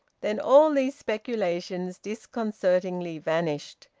then all these speculations disconcertingly vanished,